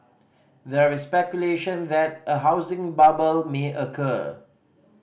there is speculation that a housing bubble may occur